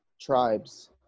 tribes